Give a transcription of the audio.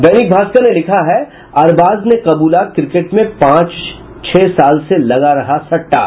दैनिक भास्कर ने लिखा है अरबाज ने कबूला क्रिकेट में पांच छह साल से लगा रहा सट्टा